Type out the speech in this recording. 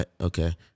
Okay